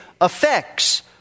effects